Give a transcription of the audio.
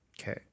okay